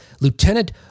Lieutenant